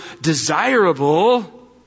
desirable